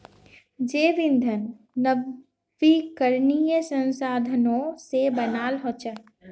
जैव ईंधन नवीकरणीय संसाधनों से बनाल हचेक